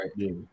right